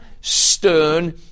stern